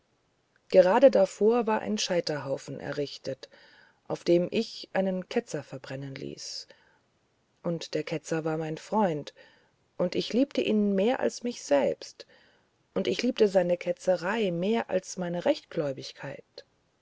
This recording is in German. gerade davor war ein scheiterhaufen errichtet auf dem ich einen ketzer verbrennen ließ und der ketzer war mein freund und ich liebte ihn mehr als mich selbst und ich liebte seine ketzerei mehr als meine